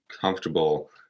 comfortable